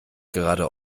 gerade